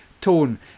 tone